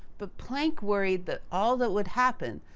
but, planck worried that all that would happen,